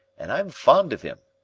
and i'm fond of im,